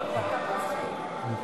הצעת סיעות